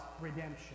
redemption